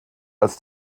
als